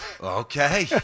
okay